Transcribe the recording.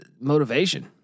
Motivation